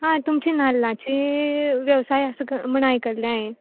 हां तुमची नाल्लांचे वेवसाय आसा म्हण आयकल्लें हांयें